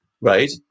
right